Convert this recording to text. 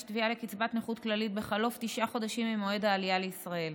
תביעה לקצבת נכות כללית בחלוף תשעה חודשים ממועד העלייה לישראל.